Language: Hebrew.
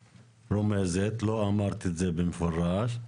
רומזת, לא אמרת את זה במפורש.